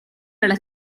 della